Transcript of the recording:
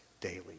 daily